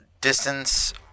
distance